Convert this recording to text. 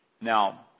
Now